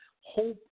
Hope